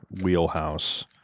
wheelhouse